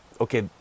okay